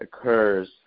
occurs